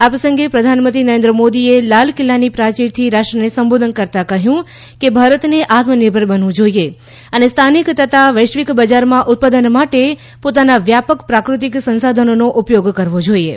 આ પ્રસંગે પ્રધાનમંત્રી નરેન્દ્ર મોદીએ લાલ કિલ્લાની પ્રાચીરથી રાષ્ટ્રને સંબોધન કરતા કહ્યું કે ભારતને આત્મનિર્ભર બનવું જોઇએ અને સ્થાનિક તથા વૈશ્વિક બજારમાં ઉત્પાદન માટે પોતાના વ્યાપક પ્રાકૃતિક સંસાધનોનો ઉપયોગ કરવો જોઇએ